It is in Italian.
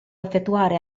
effettuare